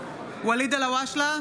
(קוראת בשמות חברי הכנסת) ואליד אלהואשלה,